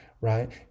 Right